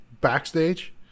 backstage